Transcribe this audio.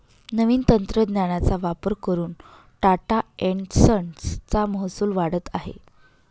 नवीन तंत्रज्ञानाचा वापर करून टाटा एन्ड संस चा महसूल वाढत आहे